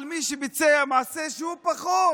אבל מי שביצע מעשה שהוא פחות